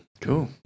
Cool